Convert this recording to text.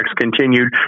continued